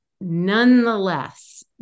nonetheless